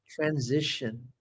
transition